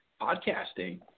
podcasting